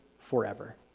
forever